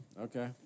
okay